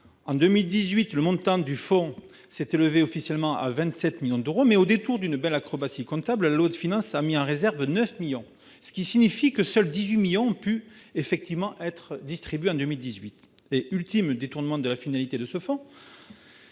En 2018, le montant du FSDP s'est élevé officiellement à 27 millions d'euros. Mais, au détour d'une belle acrobatie comptable, la loi de finances a « mis en réserve » 9 millions d'euros ... Autrement dit, seuls 18 millions d'euros ont effectivement pu être distribués en 2018. Ultime détournement de la finalité du fonds,